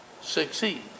succeed